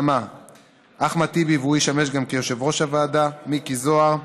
אדוני יושב-ראש ועדת הכנסת מיקי זוהר,